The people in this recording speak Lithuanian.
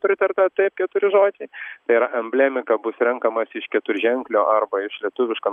pritarta taip keturi žodžiai tai yra emblemika bus renkamasi iš keturženklio arba iš lietuviško